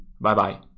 Bye-bye